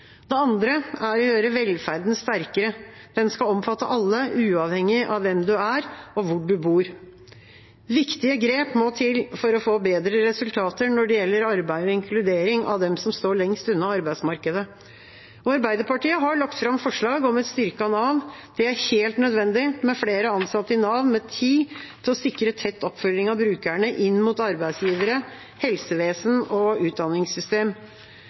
sterkere. Den skal omfatte alle, uavhengig av hvem du er, og hvor du bor. Viktige grep må til for å få bedre resultater når det gjelder arbeid og inkludering av dem som står lengst unna arbeidsmarkedet. Arbeiderpartiet har lagt fram forslag om et styrket Nav. Det er helt nødvendig med flere ansatte i Nav med tid til å sikre tett oppfølging av brukerne inn mot arbeidsgivere, helsevesen og utdanningssystem.